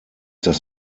dass